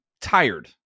tired